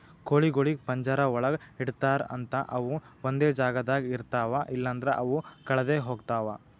ಕೋಳಿಗೊಳಿಗ್ ಪಂಜರ ಒಳಗ್ ಇಡ್ತಾರ್ ಅಂತ ಅವು ಒಂದೆ ಜಾಗದಾಗ ಇರ್ತಾವ ಇಲ್ಲಂದ್ರ ಅವು ಕಳದೆ ಹೋಗ್ತಾವ